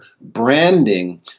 branding